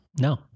No